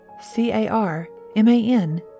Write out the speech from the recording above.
C-A-R-M-A-N